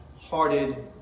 hearted